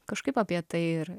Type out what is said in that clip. kažkaip apie tai ir